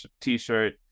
t-shirt